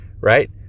right